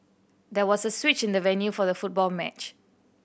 there was a switch in the venue for the football match